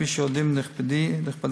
כפי שיודעים נכבדי,